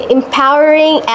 empowering